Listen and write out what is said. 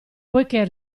poichè